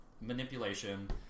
manipulation